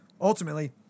ultimately